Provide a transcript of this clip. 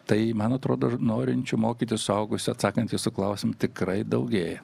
tai man atrodo norinčių mokytis suaugusių atsakant į jūsų klausimą tikrai daugėja